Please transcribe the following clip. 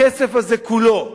הכסף הזה כולו,